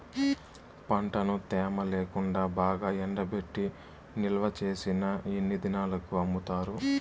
పంటను తేమ లేకుండా బాగా ఎండబెట్టి నిల్వచేసిన ఎన్ని దినాలకు అమ్ముతారు?